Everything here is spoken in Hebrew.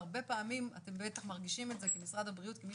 והרבה פעמים אתם בטח מרגישים את זה כמשרד הבריאות כמי